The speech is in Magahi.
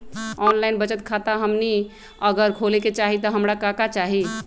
ऑनलाइन बचत खाता हमनी अगर खोले के चाहि त हमरा का का चाहि?